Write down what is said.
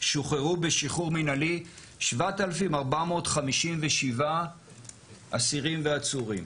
שוחררו בשחרור מנהלי 7,457 אסירים ועצורים.